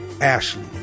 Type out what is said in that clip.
Ashley